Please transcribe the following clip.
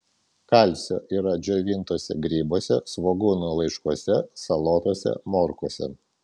kalcio yra džiovintuose grybuose svogūnų laiškuose salotose morkose